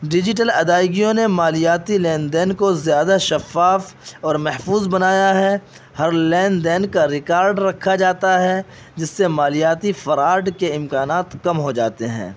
digital ادائیگیوں نے مالیاتی لین دین کو زیادہ شفاف اور محفوظ بنایا ہے ہر لین دین کا ریکارڈ رکھا جاتا ہے جس سے مالیاتی فراڈ کے امکانات کم ہو جاتے ہیں